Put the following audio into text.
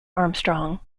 armstrong